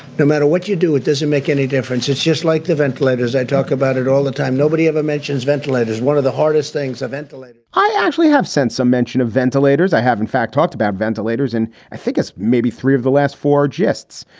no matter what you do, it doesn't make any difference. it's just like the ventilators. i talk about it all the time. nobody ever mentions ventilators. one of the hardest things eventually i actually have sent some mention of ventilators. i have in fact talked about ventilators. and i think it's maybe three of the last four jests.